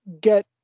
get